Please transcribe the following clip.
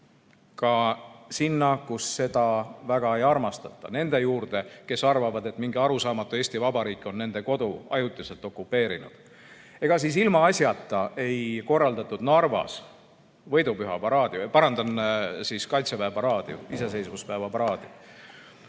ka sinna, kus seda väga ei armastata – nende juurde, kes arvavad, et mingi arusaamatu Eesti Vabariik on nende kodu ajutiselt okupeerinud. Ega siis ilmaasjata ei korraldatud Narvas võidupüha paraadi ... parandan, Kaitseväe paraadi, iseseisvuspäeva paraadi.